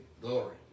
Glory